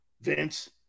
Vince